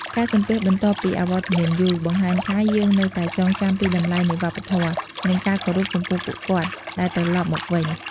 ការសំពះបន្ទាប់ពីអវត្តមានយូរ បង្ហាញថាយើងនៅតែចងចាំពីតម្លៃនៃវប្បធម៌ និងការគោរពចំពោះពួកគាត់ដែលត្រលប់មកវិញ។